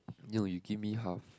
you you give me half